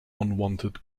unwanted